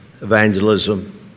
evangelism